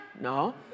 No